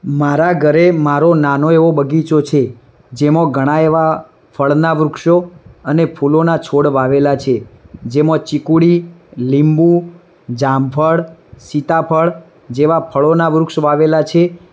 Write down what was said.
મારા ઘરે મારો નાનો એવો બગીચો છે જેમાં ઘણા એવા ફળના વૃક્ષો અને ફૂલોના છોડ વાવેલા છે જેમાં ચીકુડી લીંબુ જામફળ સીતાફળ જેવા ફળોના વૃક્ષ વાવેલા છે